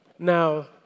Now